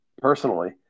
personally